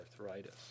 arthritis